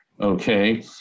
Okay